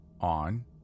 on